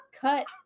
cut